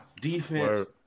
defense